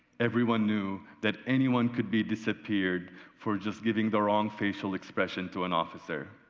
everyone knew that anyone could be disappeared for just giving the wrong facial expression to an officer.